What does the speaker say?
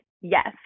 Yes